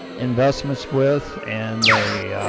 investments with and they